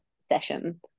session